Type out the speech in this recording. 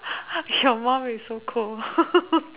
your mom is so cool